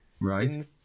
Right